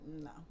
No